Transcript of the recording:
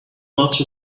much